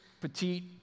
petite